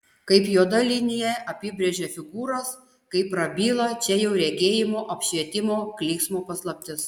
kaip juoda linija apibrėžia figūras kaip prabyla čia jau regėjimo apšvietimo klyksmo paslaptis